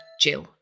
Jill